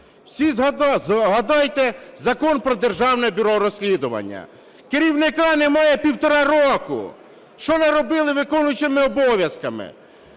Всі згадайте Закон "Про Державне бюро розслідувань", керівника немає півтора роки. Що наробили виконуючими обов'язки?